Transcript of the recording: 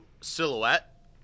silhouette